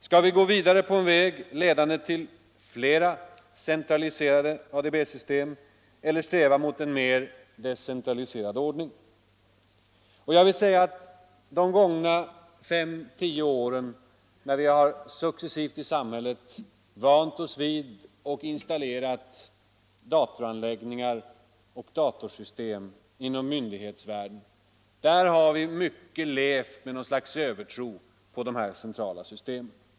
Skall vi gå vidare på en väg ledande till flera centraliserade ADB-system eller sträva mot en mer decentraliserad ordning? Jag vill framhålla att vi under de gångna fem-tio åren, när vi i samhället successivt har vant oss vid och installerat datoranläggningar och datorsystem inom myndighetsvärlden, i mycket har levt i något slags övertro på dessa centrala system.